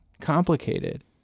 complicated